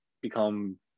become